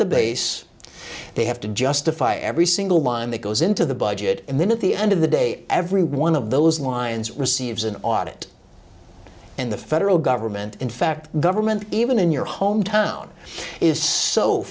the base they have to justify every single line that goes into the budget and then at the end of the day every one of those lines receives an audit and the federal government in fact government even in your hometown is so